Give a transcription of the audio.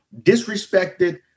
disrespected